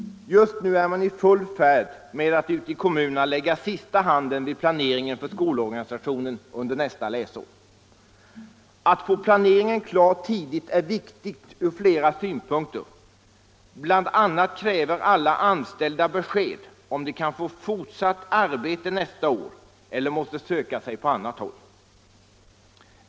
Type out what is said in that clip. Just nu är man i full färd med att ute i kommunerna lägga sista handen vid planeringen för skolorganisationen under nästa läsår. Att få planeringen klar tidigt är viktigt ur flera synpunkter; bl.a. kräver alla anställda besked om de kan få fortsatt arbete nästa år eller måste söka sig på annat håll.